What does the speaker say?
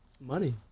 money